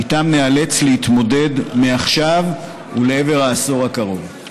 שאיתם ניאלץ להתמודד מעכשיו ולעבר העשור הקרוב.